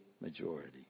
Majority